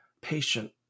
patient